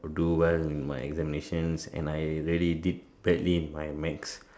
do well in my examinations and I really did badly in my maths